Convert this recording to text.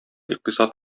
икътисад